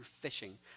fishing